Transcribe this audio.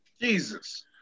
Jesus